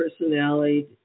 personality